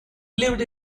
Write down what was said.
lived